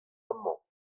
amañ